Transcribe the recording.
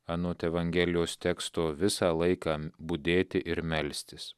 anot evangelijos teksto visą laiką budėti ir melstis